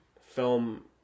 film